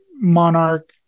monarch